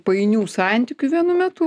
painių santykių vienu metu